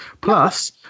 Plus